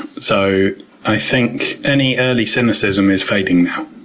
so i think any early cynicism is fading now.